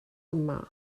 yma